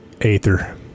Aether